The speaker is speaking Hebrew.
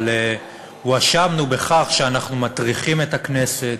אבל הואשמנו בכך שאנחנו מטריחים את הכנסת,